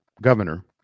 governor